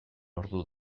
ordu